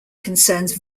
concerns